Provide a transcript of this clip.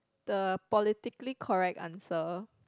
the politically correct answer